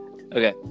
okay